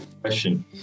question